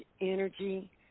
Energy